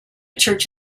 church